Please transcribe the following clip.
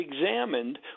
examined